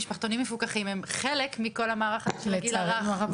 משפחתונים מפוקחים זה חלק מכל המערך של הגיל הרך.